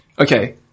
okay